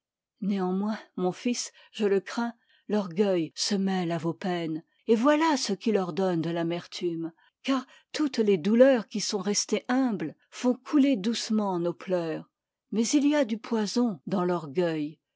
néanmoins mon fils je le crains l'orgueil se mêle à vos peines et voilà ce qui leur donne de l'amertume car toutes les douleurs qui sont restées tmmbtes font couler doucement nos p eurs mais il y a du poison dans l'orgueil